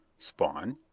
spawn?